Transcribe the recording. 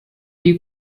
you